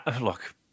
Look